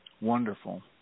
Wonderful